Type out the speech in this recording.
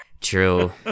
True